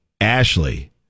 Ashley